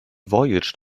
voyaged